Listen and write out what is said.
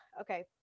okay